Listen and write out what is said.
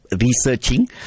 researching